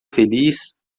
feliz